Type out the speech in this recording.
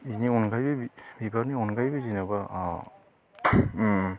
बिनि अनगायै बिबारनि अनगायै जेनेबा ओ उम